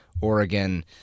Oregon